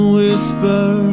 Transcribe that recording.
whisper